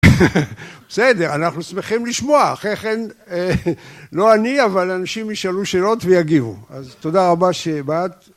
בסדר, אנחנו שמחים לשמוע, אחרי כן, לא אני, אבל אנשים ישאלו שאלות ויגיבו, אז תודה רבה שבאת